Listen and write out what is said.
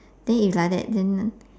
then if like that then